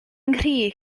nghri